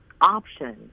options